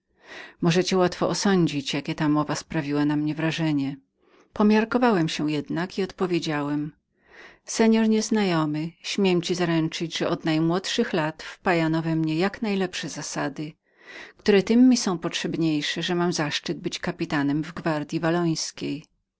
możecie łatwą osądzić jakie ta mowa sprawiła na mnie wrażenie pomiarkowałem się jednak i odpowiedziałem mości nieznajomy śmiem panu zaręczyć że od najmłodszych lat wpajano we mnie jak najlepsze zasady które tem mi są potrzebniejsze że mam zaszczyt być kapitanem w